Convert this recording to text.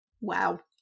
Wow